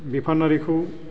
बिफानारिखौ